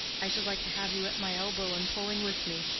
i should like to have you at my elbow and pulling with me.